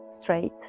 straight